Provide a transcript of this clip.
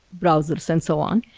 browsers and so on?